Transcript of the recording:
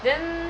then